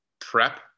prep